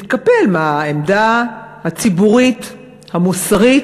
להתקפל מהעמדה הציבורית, המוסרית,